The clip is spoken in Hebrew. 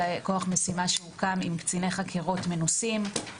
זה כוח משימה שהוקם עם קציני חקירות מנוסים.